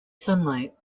sunlight